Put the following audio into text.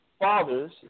Fathers